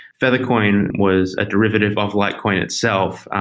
fetacoin was a derivative of litecoin itself,